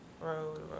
road